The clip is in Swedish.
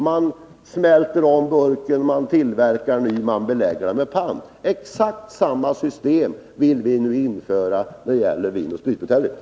Man smälter ner burken, tillverkar en ny och belägger den med pant. Exakt samma system vill vi nu införa när det gäller vinoch spritbuteljer.